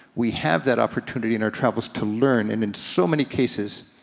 we have that opportunity in our travels to learn, and in so many cases,